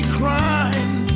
crying